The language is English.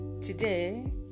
Today